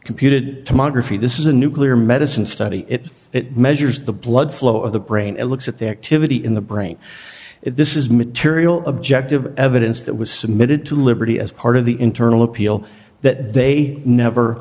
tomography this is a nuclear medicine study it it measures the blood flow of the brain it looks at the activity in the brain this is material objective evidence that was submitted to liberty as part of the internal appeal that they never